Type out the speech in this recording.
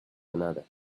another